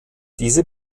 diese